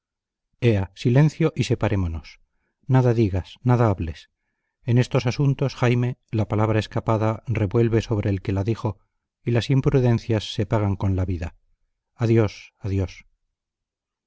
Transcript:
silencio y separémonos nada digas nada hables en estos asuntos jaime la palabra escapada revuelve sobre el que la dijo y las imprudencias se pagan con la vida adiós adiós